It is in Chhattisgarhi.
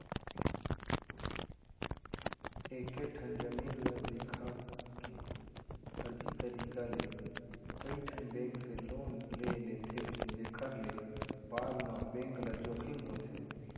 एकेठन जमीन ल देखा के फरजी तरीका ले कइठन बेंक ले लोन ले लेथे जेखर ले बाद म बेंक ल जोखिम होथे